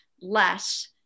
less